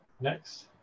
next